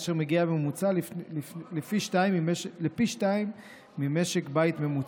אשר מגיעה בממוצע לפי-שניים מזו של משק בית ממוצע.